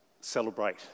celebrate